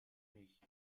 nichts